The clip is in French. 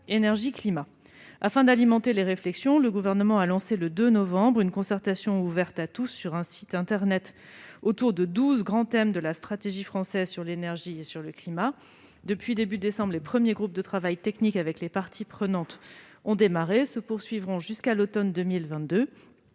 Énergie et climat. Afin d'alimenter les réflexions, le Gouvernement a lancé le 2 novembre dernier une concertation ouverte à tous sur internet autour de douze grands thèmes de la stratégie française sur l'énergie et sur le climat. Depuis le début du mois de novembre, les premiers groupes de travail technique avec les parties prenantes ont démarré. Ils se poursuivront jusqu'à l'automne 2022.